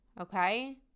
Okay